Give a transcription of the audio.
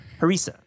harissa